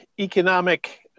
economic